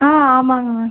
ஆ ஆமாங்க மேம்